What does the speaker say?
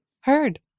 heard